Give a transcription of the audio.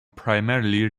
primarily